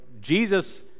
Jesus